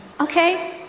Okay